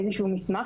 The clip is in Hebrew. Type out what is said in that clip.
איזה שהוא מסמך,